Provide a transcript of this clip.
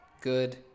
Good